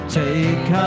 take